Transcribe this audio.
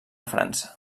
frança